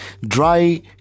dry